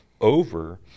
over